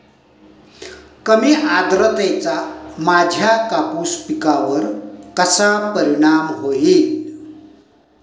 कमी आर्द्रतेचा माझ्या कापूस पिकावर कसा परिणाम होईल?